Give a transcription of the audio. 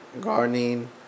gardening